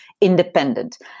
independent